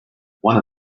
one